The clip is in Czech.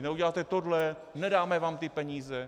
Neuděláte tohle, nedáme vám ty peníze.